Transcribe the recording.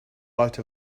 light